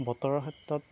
বতৰৰ ক্ষেত্ৰত